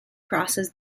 crosses